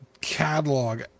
catalog